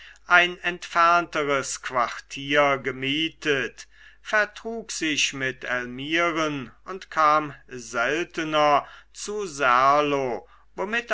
ein entfernteres quartier gemietet vertrug sich mit elmiren und kam seltener zu serlo womit